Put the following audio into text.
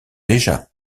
déjà